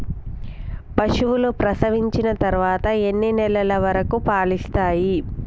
పశువులు ప్రసవించిన తర్వాత ఎన్ని నెలల వరకు పాలు ఇస్తాయి?